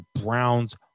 Browns